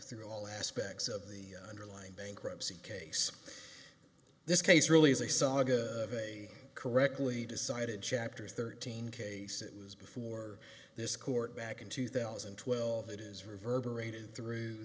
through all aspects of the underlying bankruptcy case this case really is a saga of a correctly decided chapter thirteen case it was before this court back in two thousand and twelve it has reverberated through